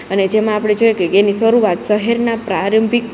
અને જેમાં આપડે જોઈએ કે એની સરૂઆત સહેરના પ્રારંભિક